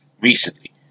recently